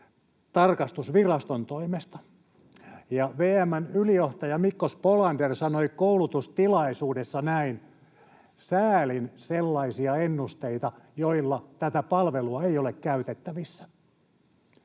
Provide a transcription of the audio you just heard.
tarkastusviraston toimesta. Ja VM:n ylijohtaja Mikko Spolander sanoi koulutustilaisuudessa näin: säälin sellaisia ennusteita, joilla tätä palvelua ei ole käytettävissä.